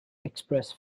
express